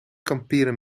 kamperen